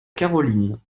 caroline